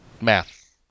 Math